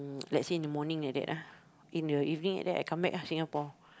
mm let's say in the morning like that ah in the evening like that I come back ah Singapore